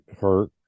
hurt